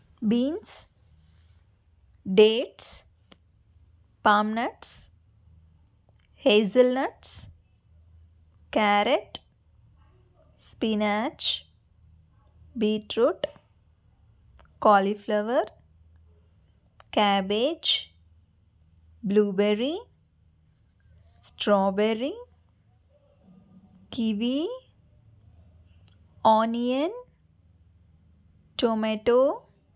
beans dates palm nuts hazelnuts carrot spinach beetroot cauliflower cabbage blueberry strawberry kiwi onion tomato